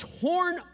torn